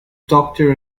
doctor